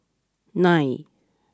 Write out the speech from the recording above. nine